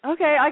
Okay